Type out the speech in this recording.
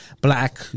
black